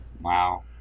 Wow